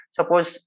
Suppose